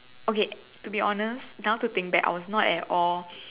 okay to be honest now to think that I was not at all